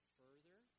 further